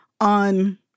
on